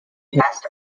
test